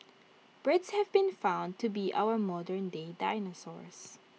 birds have been found to be our modernday dinosaurs